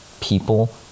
people